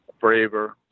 braver